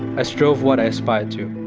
i strove what i aspired to.